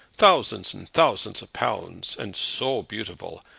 thousands and thousands of pounds and so beautiful!